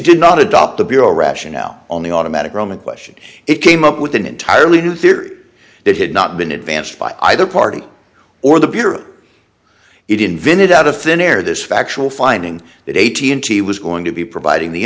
did not adopt the bureau rationale on the automatic roman question it came up with an entirely new theory that had not been advanced by either party or the bureau it invented out of thin air this factual finding that a t n t was going to be providing the